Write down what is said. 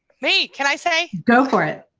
wait, can i say. go for it.